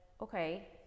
okay